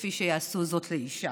כפי שיעשו זאת לאישה.